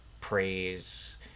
praise